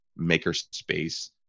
makerspace